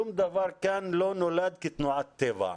שום דבר כאן לא נולד כתנועת טבע.